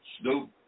Snoop